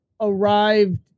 arrived